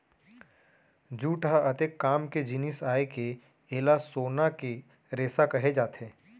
jute ह अतेक काम के जिनिस आय के एला सोना के रेसा कहे जाथे